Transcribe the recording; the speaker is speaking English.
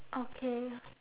okay